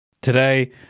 Today